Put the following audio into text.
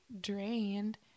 drained